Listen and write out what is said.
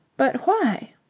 but why?